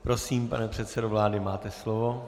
Prosím, pane předsedo vlády, máte slovo.